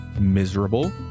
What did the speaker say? miserable